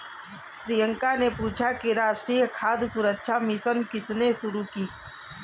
प्रियंका ने पूछा कि राष्ट्रीय खाद्य सुरक्षा मिशन किसने शुरू की?